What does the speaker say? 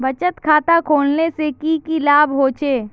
बचत खाता खोलने से की की लाभ होचे?